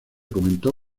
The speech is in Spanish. comentó